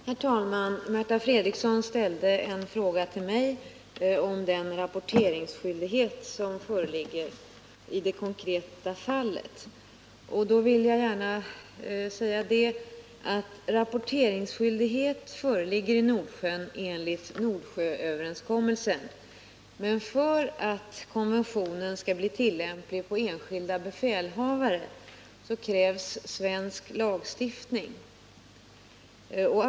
Herr talman! Märta Fredrikson ställde en fråga till mig om den rapporteringsskyldighet som föreligger i det konkreta fallet. Jag vill säga att rapporteringsskyldighet föreligger i Nordsjön enligt Nordsjööverenskommelsen men att det för att konventionen skall bli tillämplig på enskilda befälhavare krävs svensk lagstiftning.